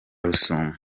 rusumo